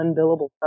unbillable